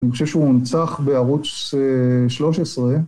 אני חושב שהוא נצח בערוץ 13.